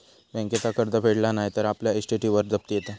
बँकेचा कर्ज फेडला नाय तर आपल्या इस्टेटीवर जप्ती येता